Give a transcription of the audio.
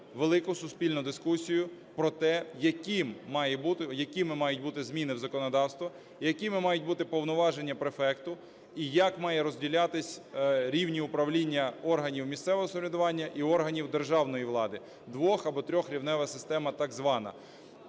велику суспільну дискусію про те, якими мають бути зміни в законодавство, якими мають бути повноваження префекту, і як мають розділятись рівні управління органів місцевого самоврядування і органів державної влади дво- або трирівнева система так звана.